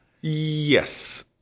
Yes